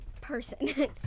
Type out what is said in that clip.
person